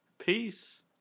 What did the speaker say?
Peace